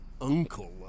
uncle